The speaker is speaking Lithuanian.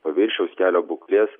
paviršiaus kelio būklės